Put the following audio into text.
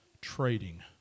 trading